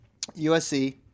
USC